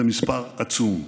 זה מספר עצום.